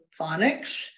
phonics